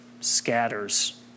scatters